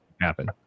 happen